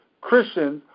Christians